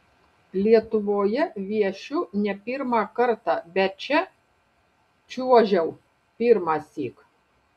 lietuvoje viešiu ne pirmą kartą bet čia čiuožiau pirmąsyk